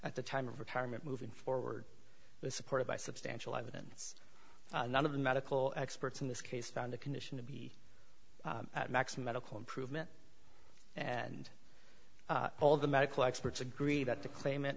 at the time of retirement moving forward was supported by substantial evidence none of the medical experts in this case found a condition to be at max medical improvement and all the medical experts agree that the claim